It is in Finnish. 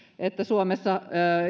että suomessa